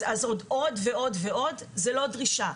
אז עוד ועוד ועוד, זו לא דרישה.